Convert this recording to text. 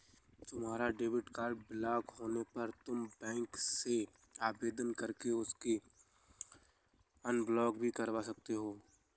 तुम्हारा debit card block होने पर तुम बैंक से आवेदन करके उसे अनब्लॉक भी करवा सकते हो